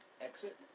exit